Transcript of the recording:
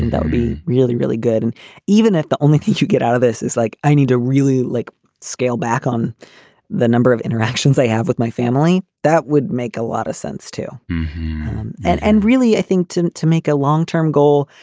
then that'll be really, really good. and even if the only things you get out of this is like i need to really like scale back on the number of interactions i have with my family, that would make a lot of sense to me. and and really, i think to to make a long term goal,